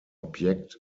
objekt